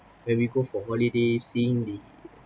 when we go for holiday seeing the